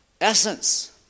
essence